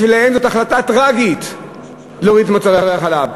בשבילם זאת החלטה טרגית להוריד את מחיר מוצרי החלב.